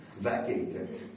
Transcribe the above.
vacated